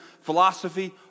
philosophy